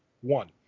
one